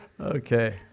Okay